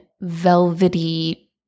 velvety